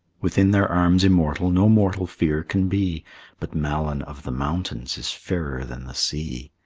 within their arms immortal, no mortal fear can be but malyn of the mountains is fairer than the sea.